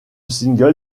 single